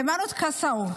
היימנוט קסאו,